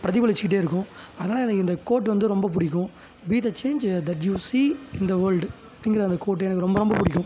பிரதிபலிச்சுக்கிட்டே இருக்கும் அதனாலே எனக்கு இந்த கோட் வந்து ரொம்ப பிடிக்கும் be the change that you see in the world அப்படிங்கிற அந்த கோட் எனக்கு ரொம்ப ரொம்ப பிடிக்கும்